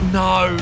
no